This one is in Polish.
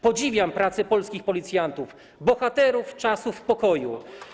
Podziwiam pracę polskich policjantów - bohaterów czasów pokoju.